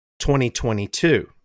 2022